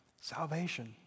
salvation